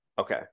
Okay